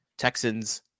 Texans